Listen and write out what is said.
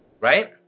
Right